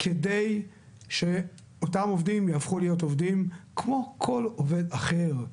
כדי שאותם עובדים יהפכו להיות עובדים כמו כל עובד אחר.